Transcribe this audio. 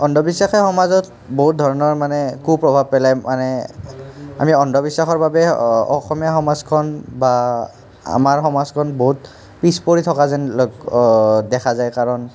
অন্ধবিশ্বাসে সমাজত বহুত ধৰণৰ মানে কু প্ৰভাৱ পেলায় মানে আমি অন্ধবিশ্বাসৰ বাবে অ অসমীয়া সমাজখন বা আমাৰ সমাজখন বহুত পিছপৰি থকা যেন ল দেখা যায় কাৰণ